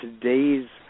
today's